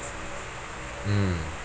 mm